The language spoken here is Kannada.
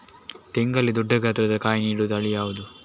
ತೆಂಗಲ್ಲಿ ದೊಡ್ಡ ಗಾತ್ರದ ಕಾಯಿ ನೀಡುವ ತಳಿ ಯಾವುದು?